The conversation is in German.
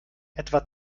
etwa